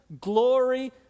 glory